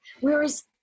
Whereas